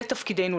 זה תפקידנו,